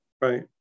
right